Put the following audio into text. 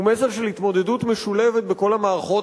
הוא מסר של התמודדות משולבת בכל המערכות,